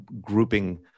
grouping